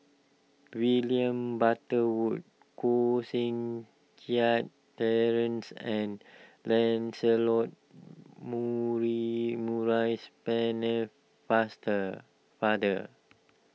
William Butterworth Koh Seng Kiat Terence and Lancelot muri Maurice Penne Faster Father